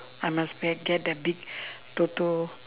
I must ge~ get that big toto